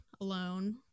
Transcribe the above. alone